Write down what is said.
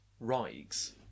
Rigs